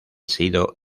sido